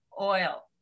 oil